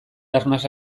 arnasa